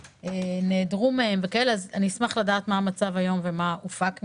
כמה נעדרו מהן וכן הלאה אשמח לדעת מה המצב היום ומה הופק מזה.